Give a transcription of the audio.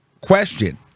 question